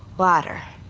water.